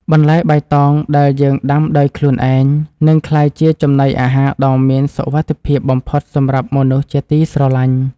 បន្លែបៃតងដែលយើងដាំដោយខ្លួនឯងនឹងក្លាយជាចំណីអាហារដ៏មានសុវត្ថិភាពបំផុតសម្រាប់មនុស្សជាទីស្រឡាញ់។